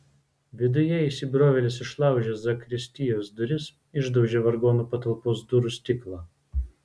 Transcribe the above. viduje įsibrovėlis išlaužė zakristijos duris išdaužė vargonų patalpos durų stiklą